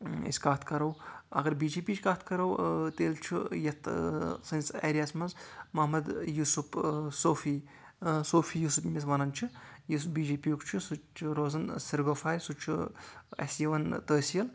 أسۍ کَتھ کَرو اَگر بی جے پی ہچ کَتھ کَرو تیٚلہِ چھُ یَتھ سٲنِس ایریاہَس منٛز محمد یوسف صوفی صوفی یُس ییٚمِس وَنان چھِ یُس بی جے پی یُک چھُ سُہ تہِ چھُ روزان سری گوفوارِ سُہ تہِ چھُ اَسہِ یِوان تحصیل